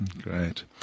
Great